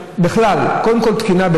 בכלל, קודם כול, תקינה.